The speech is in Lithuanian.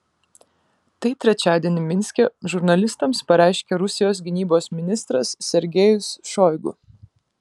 tai trečiadienį minske žurnalistams pareiškė rusijos gynybos ministras sergejus šoigu